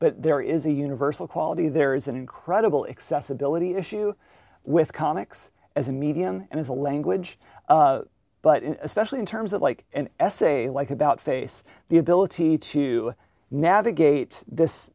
but there is a universal quality there is an incredible excess ability issue with comics as a medium and as a language but especially in terms of like an essay like about face the ability to navigate this